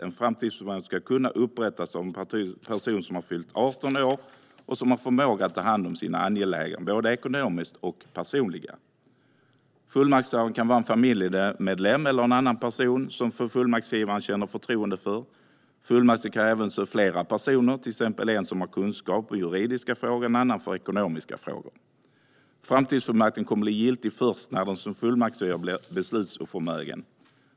En framtidsfullmakt ska kunna upprättas av en person som har fyllt 18 år och som har förmåga att ta hand om sina angelägenheter, både ekonomiska och personliga. Fullmaktshavaren kan vara en familjemedlem eller någon annan person som fullmaktsgivaren känner förtroende för. Fullmaktsgivaren kan även utse flera personer, till exempel en som har kunskap om juridiska frågor och en annan för ekonomiska frågor. Framtidsfullmakten kommer att bli giltig först när den som är fullmaktsgivare blir beslutsoförmögen.